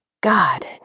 God